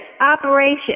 operation